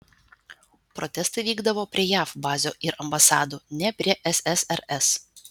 protestai vykdavo prie jav bazių ir ambasadų ne prie ssrs